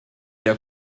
der